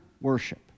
worship